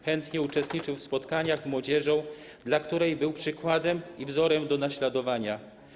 Chętnie uczestniczył w spotkaniach z młodzieżą, dla której był przykładem i wzorem do naśladowania.